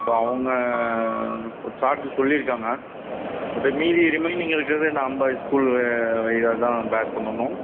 so அவங்க ஒரு charge சொல்லியிருக்காங்க பட்டு மீதி ரிமைனிங் இருக்கிறது நாம் ஸ்கூல் இது தான் பேர் பண்ணணும்